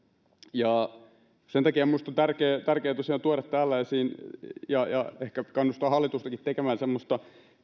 sen takia minusta on tärkeää tosiaan tuoda tällaista ja ehkä kannustaa hallitustakin tekemään semmoista